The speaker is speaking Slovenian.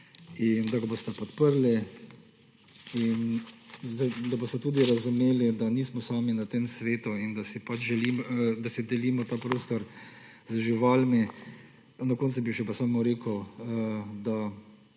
in da ga boste podprli, da boste tudi razumeli, da nismo sami na tem svetu in da si pač delimo ta prostor z živalmi. Na koncu bi samo še rekel, da